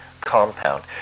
Compound